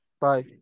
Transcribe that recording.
Bye